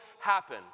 happen